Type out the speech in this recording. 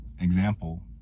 Example